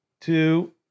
two